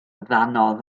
ddannoedd